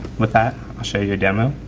with that, i'll show you a demo.